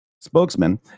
spokesman